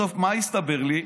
בסוף מה הסתבר לי?